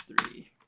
three